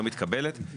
לא מתקבלת.